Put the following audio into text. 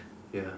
ya